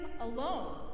alone